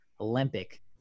Olympic